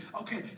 Okay